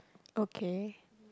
okay